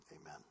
amen